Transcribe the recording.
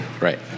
Right